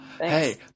Hey